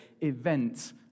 event